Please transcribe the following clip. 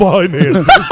Finances